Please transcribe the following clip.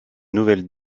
nouvelle